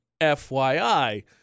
FYI